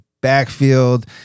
backfield